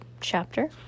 chapter